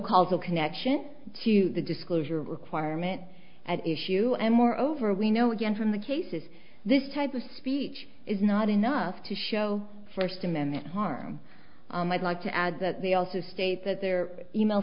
no connection to the disclosure requirement at issue and moreover we know again from the cases this type of speech is not enough to show first amendment harm and i'd like to add that they also state that their e mail